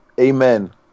Amen